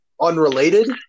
unrelated